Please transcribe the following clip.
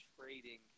trading